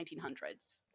1900s